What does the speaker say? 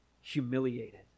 humiliated